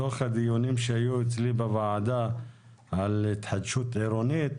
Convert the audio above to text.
בתוך הדיונים שהיו אצלי בוועדה על התחדשות עירונית,